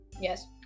Yes